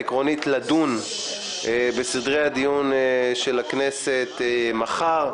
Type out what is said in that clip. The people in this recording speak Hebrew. עקרונית, לדון בסדרי הדיון של הכנסת מחר.